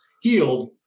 healed